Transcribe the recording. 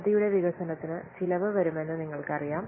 പദ്ധതിയുടെ വികസനത്തിന് ചിലവ് വരുമെന്ന് നിങ്ങൾക്കറിയാം